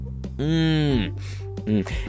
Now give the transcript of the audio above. Mmm